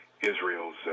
Israel's